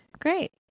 Great